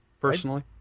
personally